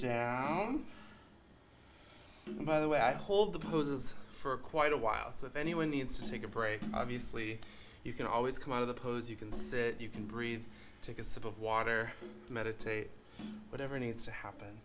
home by the way i hold the poses for quite a while so if anyone needs to take a break obviously you can always come out of the pose you can sit you can breathe take a sip of water meditate whatever needs to happen